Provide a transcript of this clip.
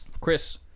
Chris